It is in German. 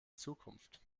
zukunft